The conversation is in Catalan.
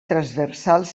transversals